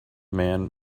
man